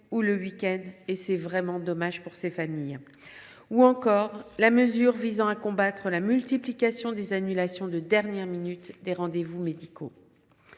ou le week end – c’est vraiment regrettable pour ces familles – ou encore la mesure visant à lutter contre la multiplication des annulations de dernière minute des rendez vous médicaux.